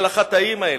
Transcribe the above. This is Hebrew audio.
על החטאים האלה.